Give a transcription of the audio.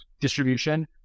distribution